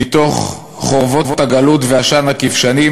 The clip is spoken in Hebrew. מתוך חורבות הגלות ועשן הכבשנים,